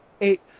eight